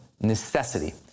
necessity